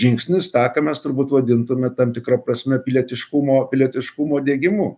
žingsnis tą ką mes turbūt vadintume tam tikra prasme pilietiškumo pilietiškumo diegimu